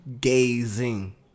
Gazing